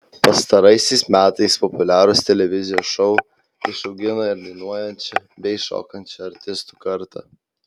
pastaraisiais metais populiarūs televizijos šou išaugino ir dainuojančią bei šokančią artistų kartą